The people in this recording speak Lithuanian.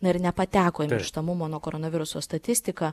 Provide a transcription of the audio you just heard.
ir nepateko į mirštamumo nuo koronaviruso statistiką